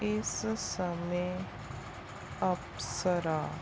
ਇਸ ਸਮੇਂ ਅਪਸਰਾ